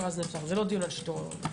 זה לא דיון על שיטור עירוני.